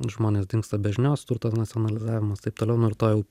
žmonės dingsta be žinios turto nacionalizavimas taip toliau nu ir to